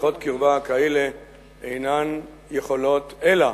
שיחות קרבה כאלה אינן יכולות אלא